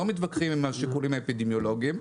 לא מתווכחים עם השיקולים האפידמיולוגיים,